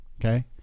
okay